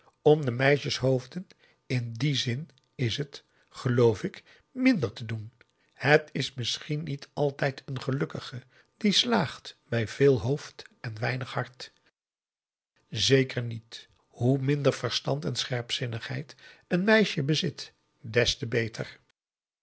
om de meisjeshoofden in dien zin is het geloof ik minder te doen het is misschien niet altijd een gelukkige die slaagt bij veel hoofd en weinig hart zeker niet hoe minder verstand en scherpzinnigheid een meisje bezit des te beter